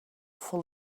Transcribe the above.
full